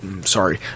sorry